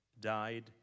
died